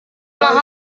mahal